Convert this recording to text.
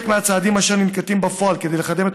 חלק מהצעדים אשר ננקטים בפועל כדי לקדם את